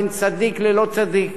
בין צדיק ללא צדיק.